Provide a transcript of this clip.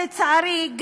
לצערי,